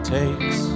takes